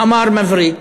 מאמר מבריק,